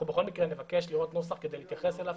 אנחנו בכל מקרה נבקש לראות נוסח כדי להתייחס אליו.